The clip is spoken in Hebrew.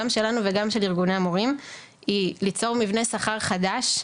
גם שלנו וגם של ארגוני המורים היא ליצור מבנה שכר חדש,